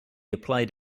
applied